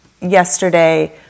yesterday